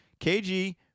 KG